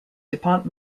dupont